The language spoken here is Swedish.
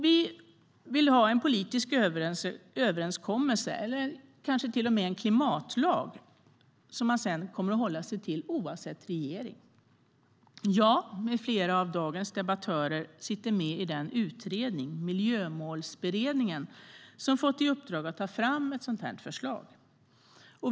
Vi vill ha en politisk överenskommelse, eller kanske till och med en klimatlag, som man sedan kommer att hålla sig till oavsett regering. Jag med flera av dagens debattörer sitter med i den utredning, Miljömålsberedningen, som har fått i uppdrag att ta fram ett sådant här förslag.